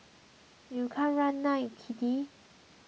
you can't run now kitty